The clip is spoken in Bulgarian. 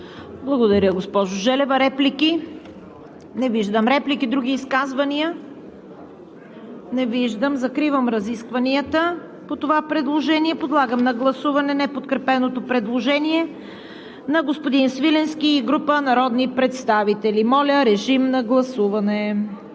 Благодаря, госпожо Желева. Реплики? Не виждам. Други изказвания? Не виждам. Закривам разискванията по това предложение. Подлагам на гласуване неподкрепеното предложение на господин Свиленски и група народни представители. Уважаеми колеги,